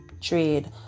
trade